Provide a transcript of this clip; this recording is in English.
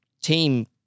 Team